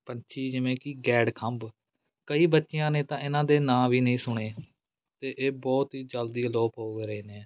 ਪੰਛੀ ਜਿਵੇਂ ਕਿ ਗੈਡ ਖੰਭ ਕਈ ਬੱਚਿਆਂ ਨੇ ਤਾਂ ਇਹਨਾਂ ਦੇ ਨਾਂ ਵੀ ਨਹੀਂ ਸੁਣੇ ਅਤੇ ਇਹ ਬਹੁਤ ਹੀ ਜਲਦੀ ਅਲੋਪ ਹੋ ਰਹੇ ਨੇ